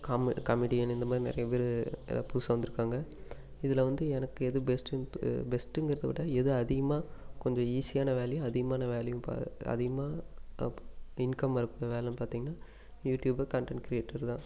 com comedian இந்த மாதிரி நிறைய பேர் எல்லாம் புதுசாக வந்துஇருக்காங்க இதில் வந்து எனக்கு எது பெஸ்ட்டுன் பெஸ்ட்டுங்கிறத விட எது அதிகமாக கொஞ்சம் ஈஸியான வேலையோ அதிகமான வேலையோ அதிகமாக இன்கம் வர வேலைன்னு பார்த்திங்கன்னா யூடியூபர் கன்டென்ட் கிரியேட்டர் தான்